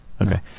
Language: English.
Okay